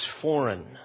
foreign